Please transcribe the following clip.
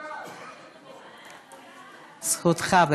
זכותך.